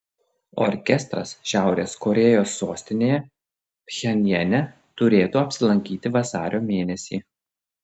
orkestras šiaurės korėjos sostinėje pchenjane turėtų apsilankyti vasario mėnesį